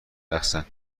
رقصن